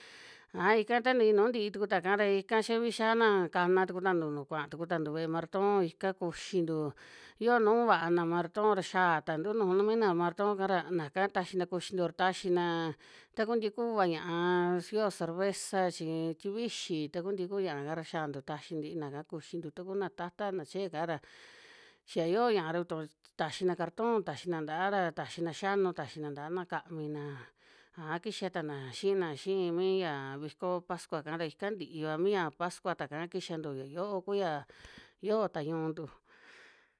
Aja ika ta ntii, nu ntii tuku ta kaa ra ika xa vii xiana kana tukuna ntu kuaa tuku tantu ve'e marton ika kuxintu, yio nuu vaana marton ra xiaa tantu nuju na mii na marton'ka ra naka taxina kuxintu ra, taxina taku ntii kuvaa ñia'a chi yoo cerveza, chi tie víxi taku ntikuu ñaaka ra xiantu taxi ntiina'ka kuxintu, ta ku na tata na cheje'ka ra xia yoo ña'a ra vitu taxina carton taxina ntaara, taxina xianu taxina ntaana kamina, aja kixa tana xiina xi'i mii ya viko pascua'ka ra ika ntiva mi ya pascuata kaa kixiantu, ya yo'o kuya yioo ta ñu'untu.